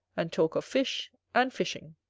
and talk of fish and fishing.